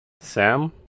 Sam